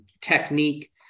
technique